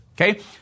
Okay